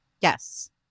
Yes